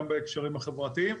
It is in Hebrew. גם בהקשרים החברתיים.